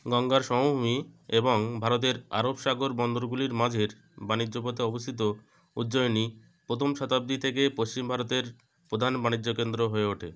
গঙ্গার সমভূমি এবং ভারতের আরব সাগর বন্দরগুলির মাঝের বাণিজ্য পথে অবস্থিত উজ্জয়িনী প্রথম শতাব্দী থেকে পশ্চিম ভারতের প্রধান বাণিজ্য কেন্দ্র হয়ে ওঠে